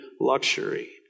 luxury